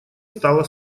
стала